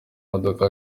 modoka